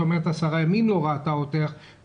את אומרת שאמך לא ראתה אותך 10 ימים,